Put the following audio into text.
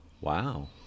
Wow